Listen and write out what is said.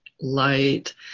light